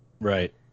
Right